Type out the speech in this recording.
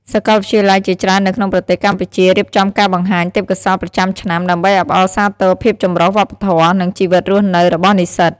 សាកលវិទ្យាល័យជាច្រើននៅក្នុងប្រទេសកម្ពុជា រៀបចំការបង្ហាញទេពកោសល្យប្រចាំឆ្នាំ ដើម្បីអបអរសាទរភាពចម្រុះវប្បធម៌ និងជីវិតរស់នៅរបស់និស្សិត។